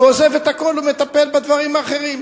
הוא עוזב את הכול ומטפל בדברים האחרים.